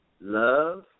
love